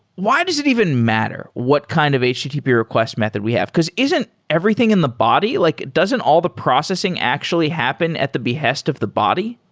why does it even matter what kind of http request method we have? because isn't everything in the body like doesn't all the processing actually happen at the behest of the body?